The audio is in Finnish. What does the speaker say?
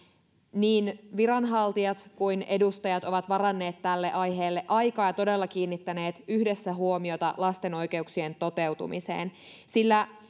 niin viranhaltijat kuin edustajat ovat varanneet tälle aiheelle aikaa ja todella kiinnittäneet yhdessä huomiota lasten oikeuksien toteutumiseen sillä